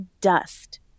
dust